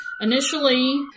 Initially